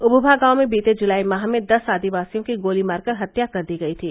उभभा गांव में बीते जुलाई माह में दस आदिवासियों की गोली मारकर हत्या कर दी गई थी